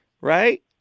Right